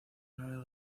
una